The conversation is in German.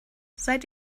seid